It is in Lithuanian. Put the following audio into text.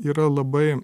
yra labai